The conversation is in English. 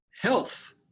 health